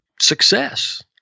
success